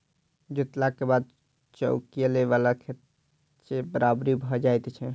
जोतलाक बाद चौकियेला सॅ खेत बराबरि भ जाइत छै